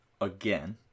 again